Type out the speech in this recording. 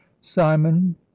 simon